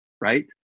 right